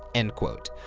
end quote.